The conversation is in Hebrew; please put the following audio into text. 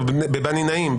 בבני נעים,